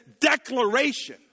declaration